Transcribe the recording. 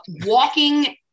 walking